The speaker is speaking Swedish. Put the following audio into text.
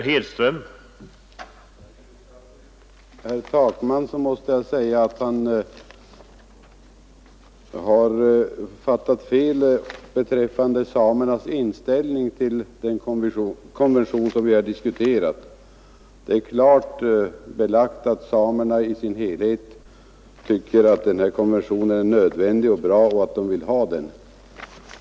Herr talman! Jag måste säga att herr Takman har fattat fel beträffande samernas inställning till den konvention som vi har diskuterat. Det är klart belagt att samerna tycker att konventionen är nödvändig och bra och att de vill ha den.